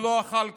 ולא אכל כשר.